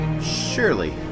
Surely